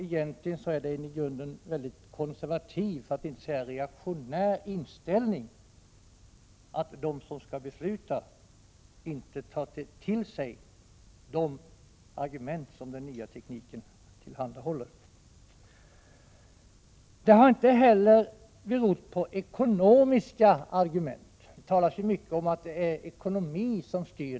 Egentligen är det en i grunden konservativ för att inte säga reaktionär inställning att de som skall besluta inte har tagit till sig de argument som den nya tekniken tillhandahåller. Detta är inte heller en ekonomisk fråga. Det talas så mycket om att ekonomin styr.